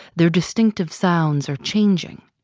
their distinctive sounds are changing.